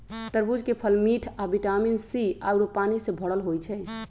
तरबूज के फल मिठ आ विटामिन सी आउरो पानी से भरल होई छई